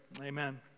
amen